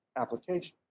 application